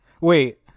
Wait